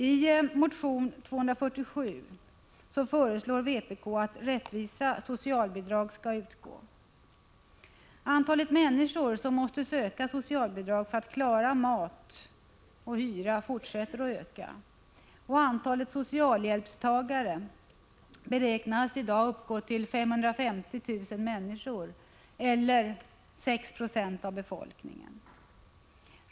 Vpk har i motion 247 lämnat förslag om sådana rättvisa socialbidrag. Antalet människor som måste söka socialbidrag för att klara mat och hyra fortsätter att öka. Antalet socialhjälpstagare beräknas i dag uppgå till 550 000 eller 6 96 av befolkningen.